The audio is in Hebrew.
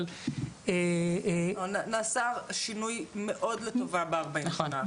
אבל- -- נעשה שינוי מאוד לטובה בארבעים שנה האחרונות.